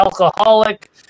alcoholic